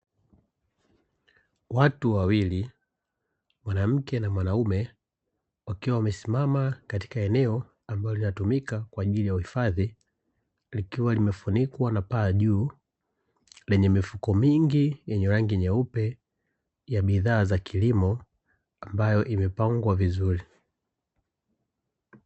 Watu wawili, mwanamke na mwanaume wakiwa wamesimama katika eneo ambalo linatumika kwa ajili ya uhifadhi, likiwa limefunikwa na paa juu, lenye mifuko mingi yenye rangi nyeupe ya bidhaa za kilimo ambayo imepangwa vizuri.